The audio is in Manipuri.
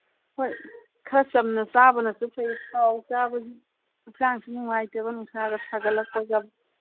ꯍꯣꯏ ꯈꯔ ꯆꯝꯅ ꯆꯥꯕꯅꯁꯨ ꯐꯩ ꯊꯥꯎ ꯆꯥꯕꯁꯤ ꯍꯛꯆꯥꯡꯁꯨ ꯅꯨꯡꯉꯥꯏꯇꯕ ꯅꯨꯡꯁꯥꯒ ꯁꯥꯒꯠꯂꯛꯄꯒ